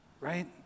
right